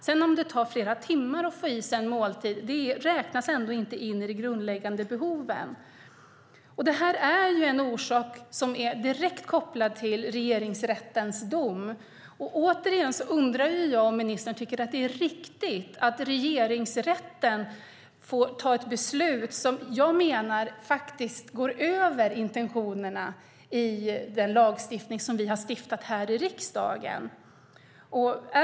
Att det sedan tar flera timmar att få i sig en måltid räknas inte in i fråga om de grundläggande behoven. Orsaken här är direkt kopplad till Regeringsrättens dom. Återigen undrar jag om ministern tycker att det är riktigt att Regeringsrätten får fatta ett beslut som jag menar faktiskt går över intentionerna i den lagstiftning som vi här i riksdagen beslutat om.